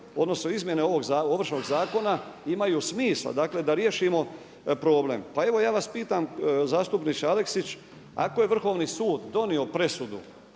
odnosno izmjene Ovršnog zakona imaju smisla da riješimo problem. Pa evo ja vas pitam zastupniče Aleksić, ako je Vrhovni sud donio presudu